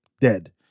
dead